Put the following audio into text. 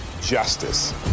justice